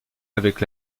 avec